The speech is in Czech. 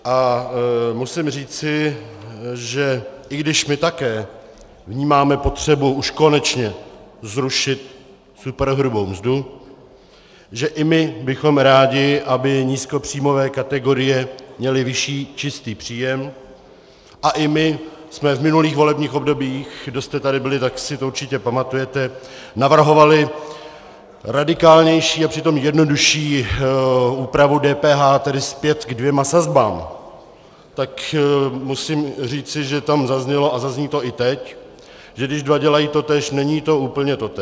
A musím říci, že i když my také vnímáme potřebu už konečně zrušit superhrubou mzdu, že i my bychom rádi, aby nízkopříjmové kategorie měly vyšší čistý příjem, a i my jsme v minulých volebních obdobích, kdo jste tady byli, tak si to určitě pamatujete, navrhovali radikálnější a přitom jednodušší úpravu DPH, tedy zpět k dvěma sazbám, tak musím říci, že tam zaznělo a zazní to i teď, že když dva dělají totéž, není to úplně totéž.